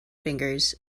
fingers